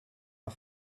are